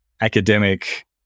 academic